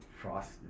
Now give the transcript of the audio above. Frost